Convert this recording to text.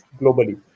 globally